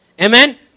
Amen